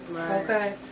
Okay